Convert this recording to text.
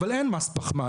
אבל אין מס פחמן.